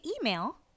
email